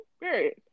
Period